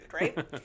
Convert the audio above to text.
right